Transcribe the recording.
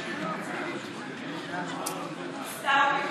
ההסתייגות (63) של חברי הכנסת עמיר פרץ